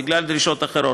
ובגלל דרישות אחרות.